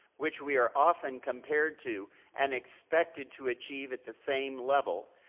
which we are often compared to and expected to achieve at the same level,